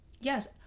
Yes